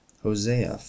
Hosea